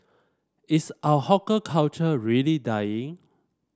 is our hawker culture really dying